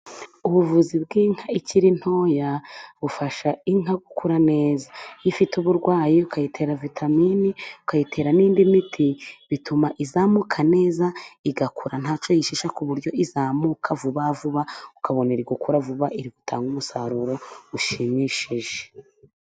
Ubuvuzi bw'inka ikiri ntoya bufasha inka gukura neza, iyo ifite uburwayi ukayitera vitamini, ukayitera n'indi miti, bituma izamuka neza, igakura nta cyo yishisha ku buryo izamuka vuba vuba, ukabona iri gukura vuba iri gutanga umusaruro ushimishije.